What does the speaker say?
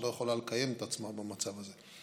שלא יכולה לקיים את עצמה במצב הזה.